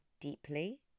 deeply